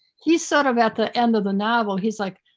he's sort of at the end of the novel, he's like,